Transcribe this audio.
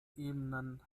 ebenen